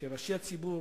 שראשי הציבור